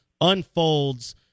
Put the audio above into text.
unfolds